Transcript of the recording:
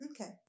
Okay